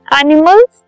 animals